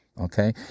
okay